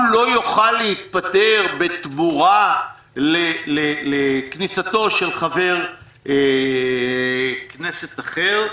הוא לא יוכל להתפטר בתמורה לכניסתו של חבר כנסת אחר.